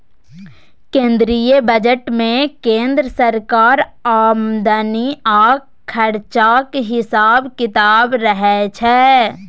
केंद्रीय बजट मे केंद्र सरकारक आमदनी आ खरचाक हिसाब किताब रहय छै